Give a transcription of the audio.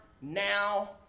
now